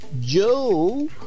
Joe